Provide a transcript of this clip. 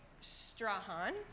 Strahan